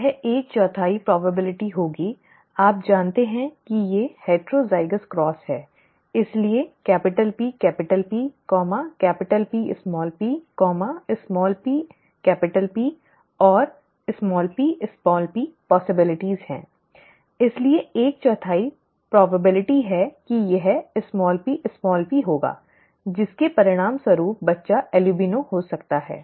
यह एक चौथाई संभावना होगी आप जानते हैं कि ये हेटरोज़ाइगस क्रॉस हैं इसलिए PP Pp pP and pp संभावनाएं हैं इसलिए एक चौथाई संभावना है कि यह pp होगा जिसके परिणामस्वरूप बच्चा एल्बिनो हो सकता है